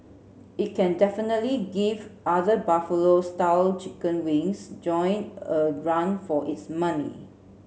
it can definitely give other Buffalo style chicken wings joint a run for its money